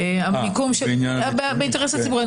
באינטרס הציבורי.